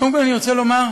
קודם כול, אני רוצה לומר,